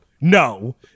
No